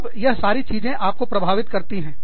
तब यह सारी चीजें आप को प्रभावित करती है